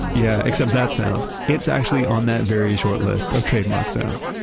yeah, except that sound. it's actually on that very short list of trademarked sounds.